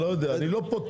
לא יודע, אני לא פוטר.